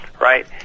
right